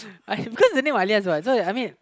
I have want the name Alias what so that I mean